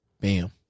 bam